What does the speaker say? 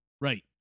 Right